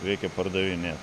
reikia pardavinėt